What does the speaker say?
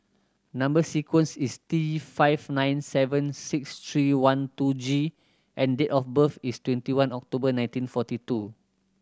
number sequence is T five nine seven six three one two G and date of birth is twenty one October nineteen forty two